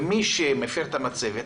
ומי שמפר את המצבת,